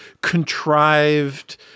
contrived